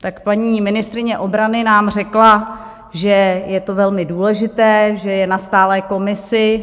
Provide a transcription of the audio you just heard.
Tak paní ministryně obrany nám řekla, že je to velmi důležité, že je na stálé komisi.